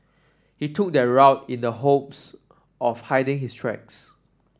he took that route in the hopes of hiding his tracks